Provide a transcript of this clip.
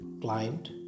client